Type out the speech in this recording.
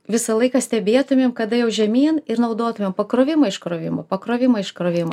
visą laiką stebėtumėm kada jau žemyn ir naudotumėm pakrovimo iškrovimo pakrovimo iškrovimo